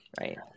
Right